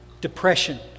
Depression